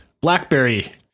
Blackberry